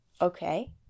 okay